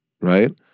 Right